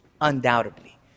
Undoubtedly